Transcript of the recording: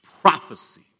prophecy